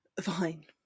Fine